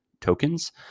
Tokens